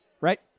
right